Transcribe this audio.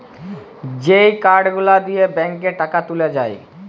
যেই কার্ড গুলা দিয়ে ব্যাংকে টাকা তুলে যায়